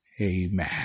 Amen